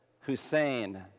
Hussein